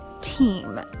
team